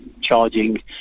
charging